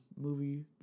movie